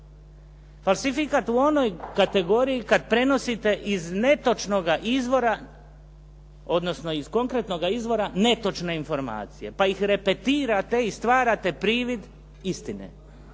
Falsifikat u onoj kategoriji kad prenosite iz netočnoga izvora, odnosno iz konkretnoga izvora netočne informacije pa ih repetirate i stvarate privid istine.